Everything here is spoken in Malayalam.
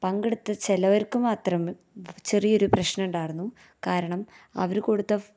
പങ്കെടുത്ത ചിലവര്ക്ക് മാത്രം ചെറിയൊരു പ്രശ്നം ഉണ്ടായിരുന്നു കാരണം അവര് കൊടുത്ത